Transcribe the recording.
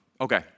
Okay